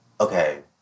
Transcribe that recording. okay